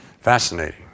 Fascinating